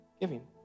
giving